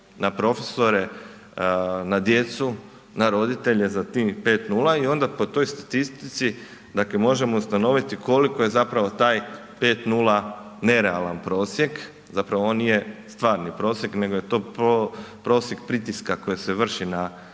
ovaj profesore, na djecu, na roditelje za tim 5,0 i onda po toj statistici možemo ustanoviti koliko je zapravo taj 5,0 nerealan prosjek, zapravo on nije stvarni prosjek nego je to prosjek pritiska koji se vrši na